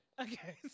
okay